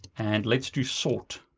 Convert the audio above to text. and let's do sort.